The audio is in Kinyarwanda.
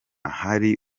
hari